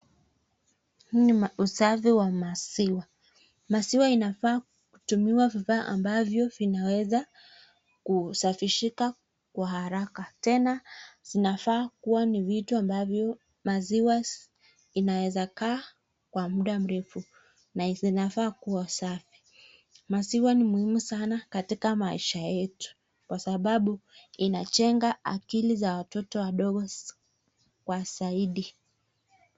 Hili ni usafi wa maziwa. Maziwa inafaa kutumiwa vifaa ambavyo vinaweza kusafishika kwa haraka. Tena vinafaa kuwa ni vitu ambavyo maziwa inaweza kaa kwa muda mrefu na vinafaa kuwa safi. Maziwa ni muhimu sana katika maisha yetu kwa sababu inajenga akili za watoto wadogo kwa zaidi.